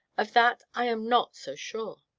of that i am not so sure.